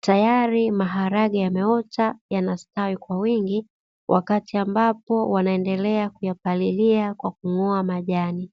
tayari maharage yameota yanastawi kwa wingi wakati ambapo wanaendelea kuyapalilia kwa kung'oa majani.